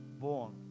Born